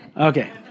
Okay